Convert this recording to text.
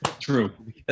true